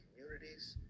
Communities